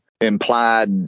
implied